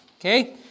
Okay